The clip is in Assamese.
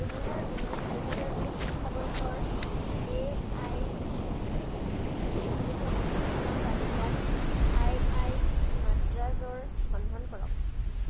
দুহেজাৰ ঊনৈছ দুহেজাৰ বিছ শিক্ষাবৰ্ষৰ A I C T E অনুমোদিত প্ৰতিষ্ঠানৰ তালিকাত আই আই টি মাদ্ৰাজৰ সন্ধান কৰক